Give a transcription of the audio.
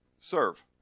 serve